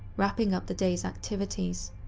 wrapping up the day's activities,